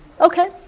okay